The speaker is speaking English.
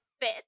fit